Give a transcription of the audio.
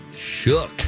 Shook